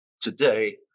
today